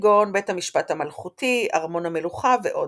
כגון בית המשפט המלכותי, ארמון המלוכה ועוד.